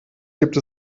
gibt